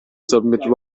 submit